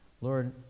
Lord